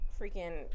Freaking